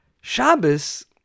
Shabbos